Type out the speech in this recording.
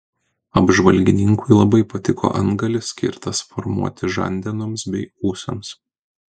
apžvalgininkui labai patiko antgalis skirtas formuoti žandenoms bei ūsams